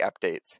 updates